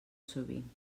sovint